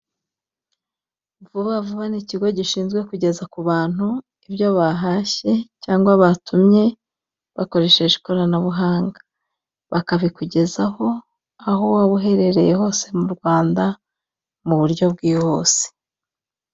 Vuba vuba ni ikigo gishinzwe kugeza ku bantu ibyo bahashye cyangwa batumye bakoresheje ikoranabuhanga, bakabikugezaho aho waba uherereye hose mu Rwanda mu buryo bwihuse.